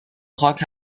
خاک